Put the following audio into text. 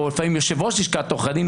או לפעמים יושב-ראש לשכת עורכי הדין,